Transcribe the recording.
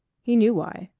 he knew why.